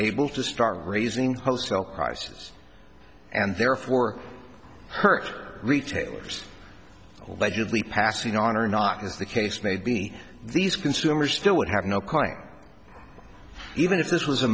able to start raising postal prices and therefore hurt retailers allegedly passing on or not as the case may be these consumers still would have no crime even if this was a